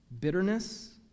bitterness